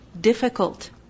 difficult